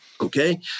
Okay